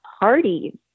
parties